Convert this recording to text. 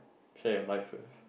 play on my first